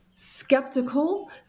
skeptical